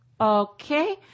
Okay